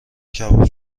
کباب